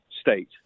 state